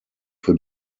für